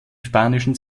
spanischen